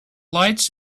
lights